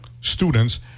students